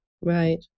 right